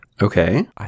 okay